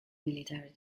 military